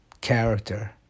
character